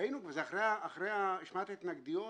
וזה אחרי שמיעת ההתנגדויות,